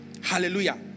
Hallelujah